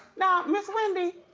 now, miss wendy,